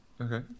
okay